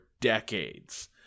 decades